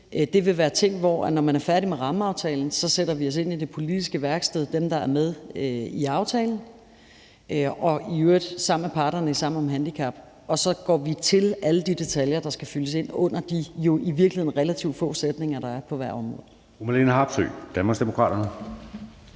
det vil sige, at når man er færdig med rammeaftalen, sætter vi, altså dem, der er med i aftalen, os ind i det politiske værksted, i øvrigt sammen med parterne i Sammen om handicap, og så går vi til alle de detaljer, der skal fyldes ud under de i virkeligheden relativt få sætninger, der er på hvert område.